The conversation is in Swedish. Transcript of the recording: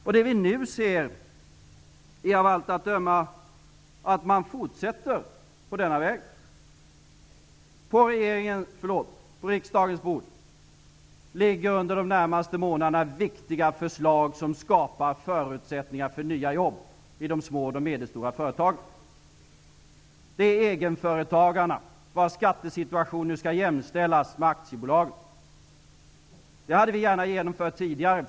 Det som vi nu ser är av allt att döma att man fortsätter på denna väg. På riksdagens bord kommer under de närmaste månaderna viktiga förslag att ligga som skapar förutsättningar för nya jobb i de små och medelstora företagen. Det gäller egenföretagarna, vilkas skattesituation nu skall jämställas med aktiebolagens. Det hade vi gärna genomfört tidigare.